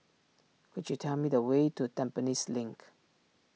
could you tell me the way to Tampines Link